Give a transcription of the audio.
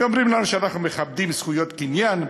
אומרים לנו שאנחנו מכבדים זכויות קניין,